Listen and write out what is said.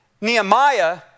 Nehemiah